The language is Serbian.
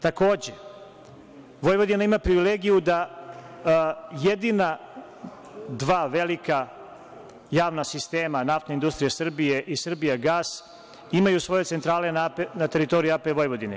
Takođe, Vojvodina ima privilegiju da jedina dva velika javna sistema, Naftne industrije Srbije i „Srbijagas“, imaju svoje centrale na teritoriji APV.